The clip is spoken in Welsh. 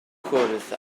cwrdd